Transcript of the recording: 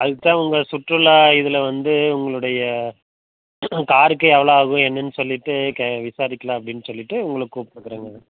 அதுக்கு தான் உங்கள் சுற்றுலா இதில் வந்து உங்களோடைய காருக்கு எவ்வளோ ஆகும் என்னென்னு சொல்லிவிட்டு கே விசாரிக்கலாம் அப்படின் சொல்லிவிட்டு உங்களுக்கு கூப்பிட்டுக்கறங்க